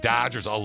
Dodgers